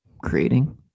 creating